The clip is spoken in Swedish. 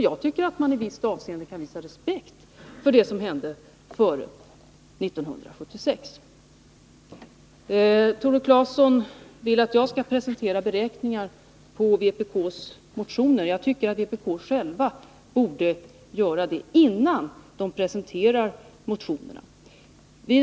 Jag tycker att man i visst avseende kan visa respekt för det som hände före 1976. Tore Claeson vill att jag skall presentera beräkningar på vpk:s motioner. Det tycker jag vpk själv borde ha gjort innan man presenterat motionerna.